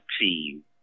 team